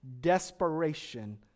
desperation